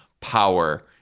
power